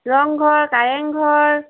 Rang Ghar Kareng Ghar